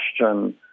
question